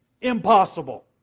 impossible